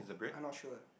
I'm not sure